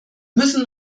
müssen